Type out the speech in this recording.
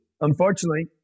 unfortunately